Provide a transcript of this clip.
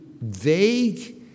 vague